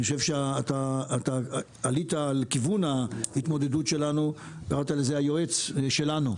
אתה עלית על כיוון ההתמודדות שלנו קראת לזה היועץ שלנו.